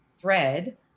thread